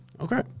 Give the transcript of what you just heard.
Okay